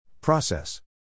Process